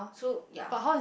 so ya